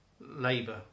labour